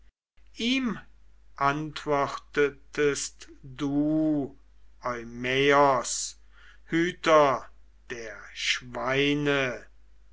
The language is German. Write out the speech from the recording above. ihm antwortetest du eumaios hüter der schweine